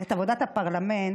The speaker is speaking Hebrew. את עבודת הפרלמנט,